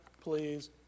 please